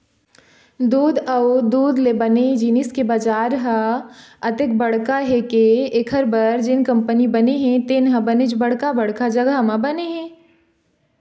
दूद अउ दूद ले बने जिनिस के बजार ह अतेक बड़का हे के एखर बर जेन कंपनी बने हे तेन ह बनेच बड़का बड़का जघा म बने हे